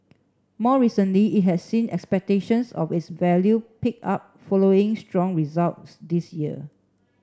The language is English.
more recently it has seen expectations of its value pick up following strong results this year